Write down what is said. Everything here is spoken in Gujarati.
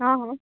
હા હં